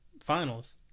finals